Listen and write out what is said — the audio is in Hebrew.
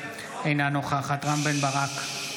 אינו נוכח רם בן ברק,